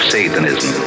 Satanism